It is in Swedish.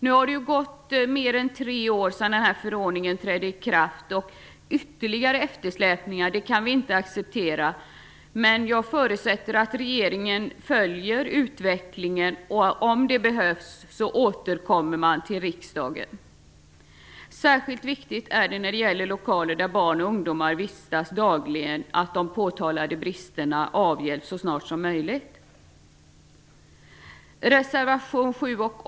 Nu har det gått mer än tre år sedan förordningen trädde i kraft, och ytterligare eftersläpningar kan inte accepteras. Jag förutsätter ändå att regeringen följer utvecklingen och att man om det behövs återkommer till riksdagen. Särskilt viktigt är det att påtalade brister i lokaler där barn och ungdomar vistas dagligen avhjälps så snart som möjligt.